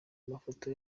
mafoto